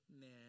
man